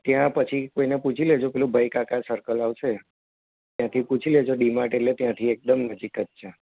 ત્યાં પછી કોઈને પૂછી લેજો પેલું ભાઈકાકા સર્કલ આવશે ત્યાંથી પૂછી લેજો ડી માર્ટ એટલે ત્યાંથી એકદમ નજીક જ છે